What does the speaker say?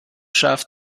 scharf